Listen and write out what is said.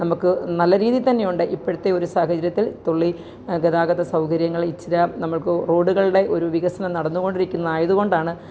നമുക്ക് നല്ലരീതിയിൽ തന്നെ ഉണ്ട് ഇപ്പോഴത്തെ ഒരു സാഹചര്യത്തില് തൊള്ളി ഗതാഗത സൗകര്യങ്ങള് ഇച്ചര നമുക്ക് റോഡുകളുടെ ഒരു വികസനം നടന്നുകൊണ്ടിരിക്കുന്ന ആയതുകൊണ്ടാണ്